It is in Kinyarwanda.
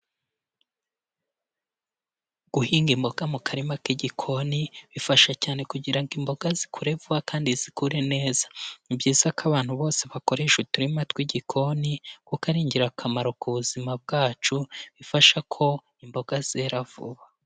Guhinga imboga mu karima k'igikoni bifasha cyane kugira ngo imboga zikure vuba kandi zikure neza. Ni byiza ko abantu bose bakoresha uturima tw'igikoni kuko ari ingirakamaro ku buzima bwacu bifasha ko imboga zera vuba.